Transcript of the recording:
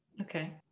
Okay